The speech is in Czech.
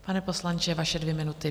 Pane poslanče, vaše dvě minuty.